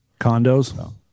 condos